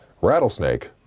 Rattlesnake